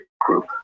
group